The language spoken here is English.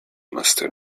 master